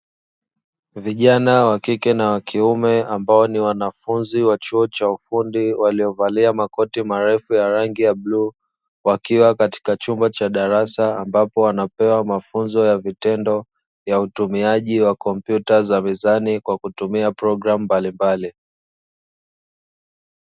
Vijana wa kike na wa kiume ambao ni wanafunzi wa chuo cha ufundi waliovalia makoti marefu ya rangi ya bluu, wakiwa katika chumba cha darasa ambapo wanapewa mafunzo ya vitendo vya utumiaji wa kompyuta za mezani kwa kutumia programu mbalimbali.